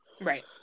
Right